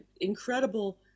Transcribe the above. incredible